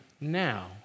now